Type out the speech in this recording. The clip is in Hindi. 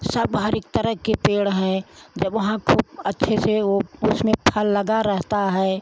सब हर इक तरह के पेड़ है जब वहाँ खुब अच्छे से ओ उसमें फल लगा रहता है